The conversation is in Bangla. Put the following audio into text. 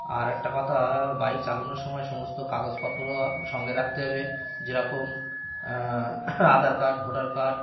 আর একটা কথা বাইক চালানোর সময় সমস্ত কাগজপত্র সঙ্গে রাখতে হবে যেরকম আধার কার্ড ভোটার কার্ড